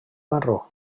marró